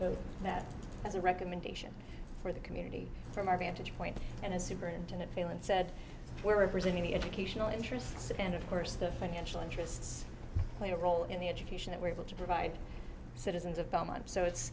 do that as a recommendation for the community from our vantage point and as superintendent feel and said we're representing the educational interests and of course the financial interests play a role in the education that we're able to provide citizens of belmont so it's